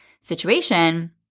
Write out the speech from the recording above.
situation